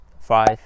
five